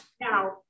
Now